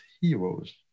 heroes